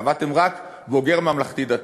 קבעתם רק בוגר ממלכתי-דתי.